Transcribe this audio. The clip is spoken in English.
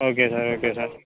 okay sir okay sir